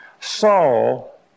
Saul